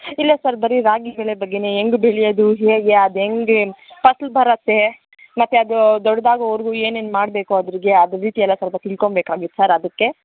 ಇಲ್ಲ ಸರ್ ಬರಿ ರಾಗಿ ಬೆಳೆ ಬಗ್ಗೆನೇ ಹೆಂಗ್ ಬೆಳೆಯೋದು ಹೇಗೆ ಅದು ಹೆಂಗೆ ಫಸ್ಲು ಬರುತ್ತೆ ಮತ್ತು ಅದು ದೊಡ್ಡದಾಗೋವರ್ಗೂ ಏನೇನು ಮಾಡಬೇಕು ಅದ್ರಕ್ಕೆ ಅದು ಡೀಟೇಲಾಗಿ ಸ್ವಲ್ಪ ತಿಳ್ಕೋ ಬೇಕಾಗಿತ್ತು ಸರ್ ಅದಕ್ಕೆ